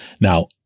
Now